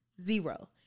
zero